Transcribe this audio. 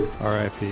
RIP